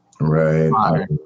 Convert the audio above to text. Right